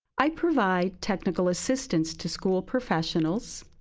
i provide technical assistance to school professionals,